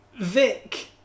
Vic